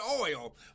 oil